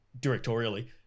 directorially